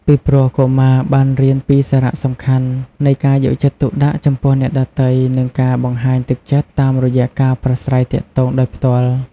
ពីព្រោះ កុមារបានរៀនពីសារៈសំខាន់នៃការយកចិត្តទុកដាក់ចំពោះអ្នកដទៃ និងការបង្ហាញទឹកចិត្តតាមរយៈការប្រាស្រ័យទាក់ទងដោយផ្ទាល់។